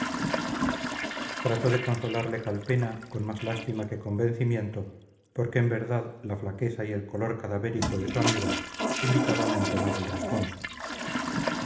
trató de consolarle calpena con más lástima que convencimiento porque en verdad la flaqueza y el color cadavérico de su amigo invitaban a entonar el responso